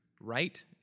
right